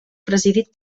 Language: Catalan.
presidit